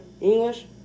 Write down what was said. English